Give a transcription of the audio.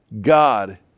God